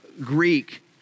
Greek